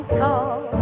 talk